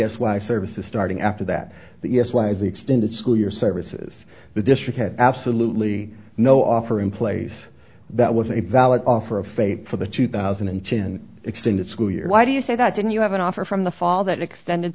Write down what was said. s y services starting after that that yes was the extended school year services the district had absolutely no offer in place that was a valid offer of faith for the two thousand and ten extended school year why do you say that didn't you have an offer from the fall that extended